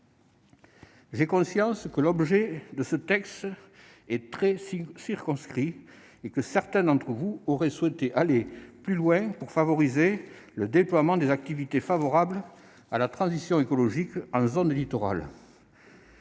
J'ai conscience que l'objet de ce texte est très circonscrit et que certains d'entre vous, mes chers collègues, auraient souhaité aller plus loin pour favoriser le déploiement des activités favorables à la transition écologique en zone littorale.